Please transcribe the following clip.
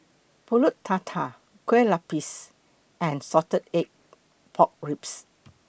Pulut Tatal Kue Lupis and Salted Egg Pork Ribs